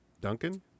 Duncan